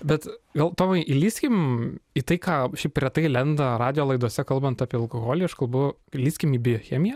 bet gal tomai įliskim į tai ką šiaip retai lenda radijo laidose kalbant apie alkoholį aš kalbu įlįskim į biochemiją